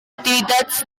activitats